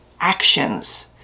actions